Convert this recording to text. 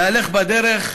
מהלך בדרך,